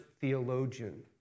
theologian